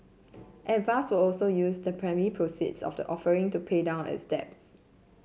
avast will also use the primary proceeds of the offering to pay down its debt